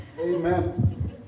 Amen